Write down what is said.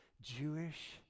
Jewish